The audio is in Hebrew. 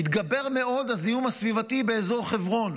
התגבר מאוד הזיהום הסביבתי באזור חברון